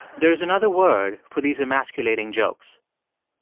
there is another word for these emasculating jokes.